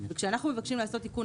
וכשאנחנו מבקשים לעשות תיקון,